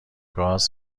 گاز